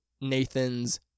Nathan's